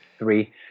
three